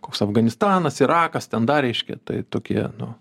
koks afganistanas irakas ten dar reiškia tai tokie nu